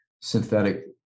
synthetic